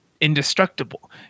indestructible